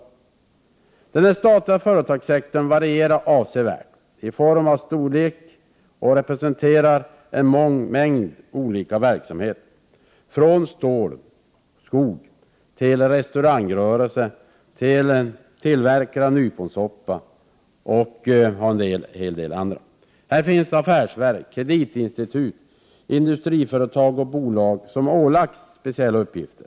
Företagen inom den statliga företagssektorn varierar avsevärt när det gäller storlek, och de representerar en mängd olika verksamheter från stål och skog till restaurangrörelse och tillverkning av nyponsoppa, m.m. Det finns affärsverk, kreditinstitut, industriföretag och bolag som har ålagts speciella uppgifter.